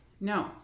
No